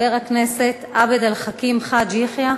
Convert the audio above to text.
חבר הכנסת עבד אל חכים חאג' יחיא,